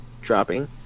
dropping